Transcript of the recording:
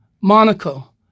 Monaco